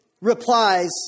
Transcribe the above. replies